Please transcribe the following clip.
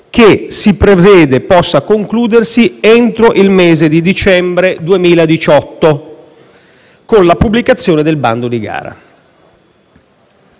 che si prevede possa concludersi entro il mese di dicembre 2018 con la pubblicazione del bando di gara.